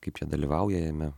kaip jie dalyvauja jame